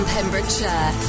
Pembrokeshire